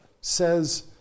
says